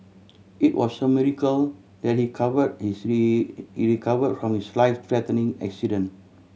it was a miracle that he cover he three recover from his life threatening accident